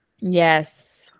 Yes